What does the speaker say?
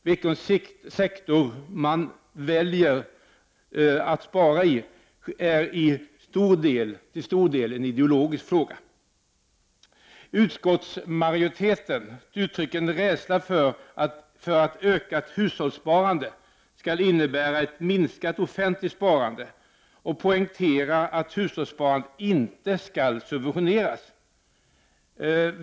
Vilken sektor man väljer att spara i är till stor del en ideologisk fråga. Utskottsmajoriteten uttrycker en rädsla för att ökat hushållssparande skall innebära ett minskat offentligt sparande och poängterar att hushållssparandet inte skall subventioneras.